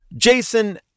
Jason